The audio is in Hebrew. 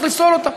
צריך לפסול אותה.